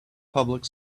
public